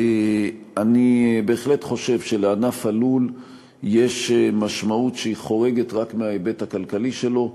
אני בהחלט חושב שלענף הלול יש משמעות שחורגת מההיבט הכלכלי שלו,